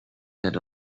head